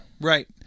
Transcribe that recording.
Right